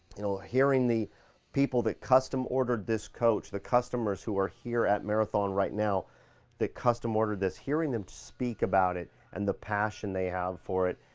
you know hearing the people that custom ordered this coach, the customers who are here at marathon right now they custom ordered this, hearing them speak about it and the passion they have for it,